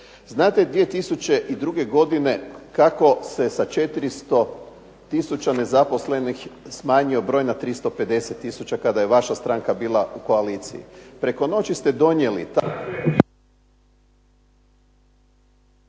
Znate 2002. godine kako se sa 400 tisuća nezaposlenih smanjio broj na 350 tisuća kada je vaša stranka bila u koaliciji. Preko noći ste donijeli